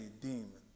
demons